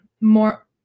more